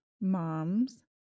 moms